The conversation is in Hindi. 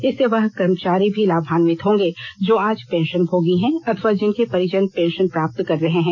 इससे वह कर्मचारी भी लाभान्वित होंगे जो आज पेंशन भोगी हैं अथवा जिनके परिजन पेंशन प्राप्त कर रहे हैं